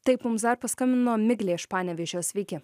taip mums dar paskambino miglė iš panevėžio sveiki